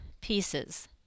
pieces